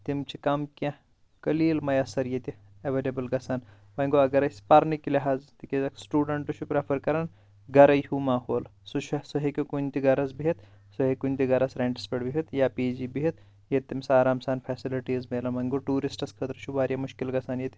تِم چھِ کم کینٛہہ قٔلیٖل مۄیثر ییٚتہِ ایٚویلیبٕل گژھان وۄنۍ گوٚو اگر أسۍ پرنٕکۍ لحاظ تِکیازِ اکھ سٹوڈنٹ چھُ پرفر کران گرٕے ہیوٗ ماحول سُہ چھُ سُہ ہیٚکہِ کُنہِ تہِ گرس بِہتھ سُہ ہیٚکہِ کُنہِ تہِ گرس ریٚنٹس پٮ۪ٹھ بِہتھ یا پی جی بِہتھ ییٚتہِ تٔمِس آرام سان فیٚسلٹیٖز میلن وۄنۍ گوٚو ٹوٗرسٹس خٲطرٕ چھُ واریاہ مُشکل گژھان ییٚتہِ